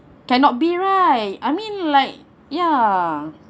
cannot be right I mean like ya